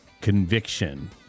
conviction